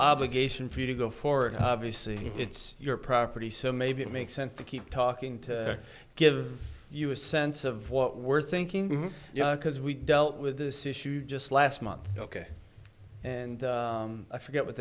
obligation for you to go for obviously it's your property so maybe it makes sense to keep talking to give you a sense of what we're thinking because we dealt with this issue just last month ok and i forget what